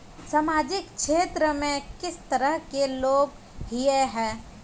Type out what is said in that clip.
सामाजिक क्षेत्र में किस तरह के लोग हिये है?